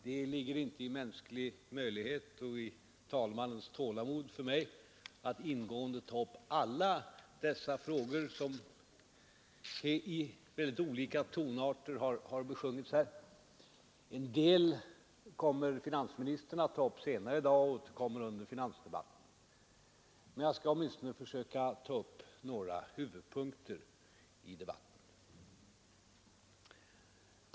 Det ligger inte i mänsklig makt — och det skulle inte heller talmannens tålamod tillåta — att ingående ta upp alla de frågor som i olika tonarter har besjungits här; en del kommer finansministern att beröra senare i dag och under finansdebatten. Men jag skall åtminstone försöka ta upp några av huvudpunkterna i debatten.